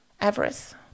avarice